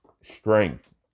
strength